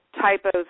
typos